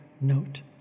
note